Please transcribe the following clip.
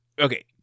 Okay